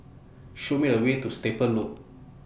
Show Me A Way to Stable Loop